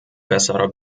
besserer